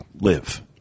live